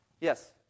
Yes